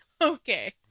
Okay